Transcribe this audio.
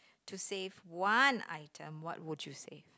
to save one item what would you save